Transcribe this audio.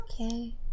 Okay